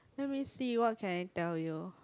let me see what can I tell you